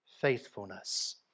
faithfulness